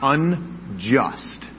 unjust